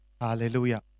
Hallelujah